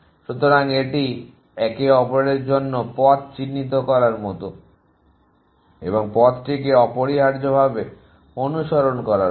সুতরাং এটি একে অপরের জন্য পথ চিহ্নিত করার মতো এবং পথটিকে অপরিহার্যভাবে অনুসরণ করার মতো